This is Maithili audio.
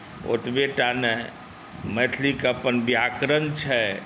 ओतबहिटा नहि मैथिलीके अपन व्याकरण छै